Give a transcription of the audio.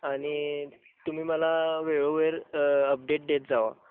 आणि तुम्ही मला वेळेवर अपडेट देत जा